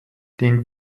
denn